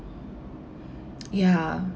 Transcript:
ya